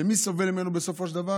ומי סובל ממנו בסופו של דבר?